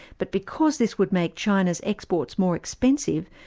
but because this would make china's exports more expensive,